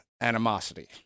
animosity